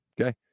okay